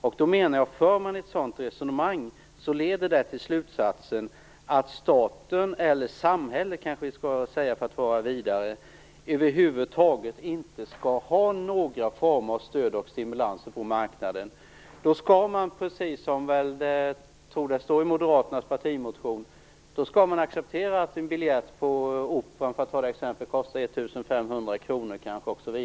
Om man för ett sådant resonemang leder det till slutsatsen att staten, eller samhället kanske vi skall säga för att vara vidare, över huvud taget inte skall ha några former av stöd och stimulans på marknaden. Då skall man, precis som jag tror det står i Moderaternas partimotion, acceptera att en biljett på Operan, för att ta det som exempel, kostar 1 500 kr.